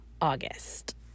August